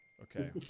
Okay